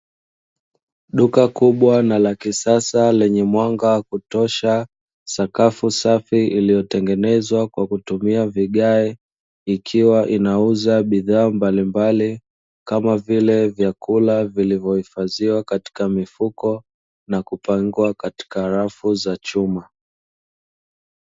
Duka kubwa na la kisasa lenye mwanga wa kutosha, sakafu safi iliyotengenezwa kwa kutumia vigae, ikiwa inauza bidhaa mbalimbali kama vile vyakula vilivyohifadhiwa katika mifuko na kupangwa katika rafu za chuma.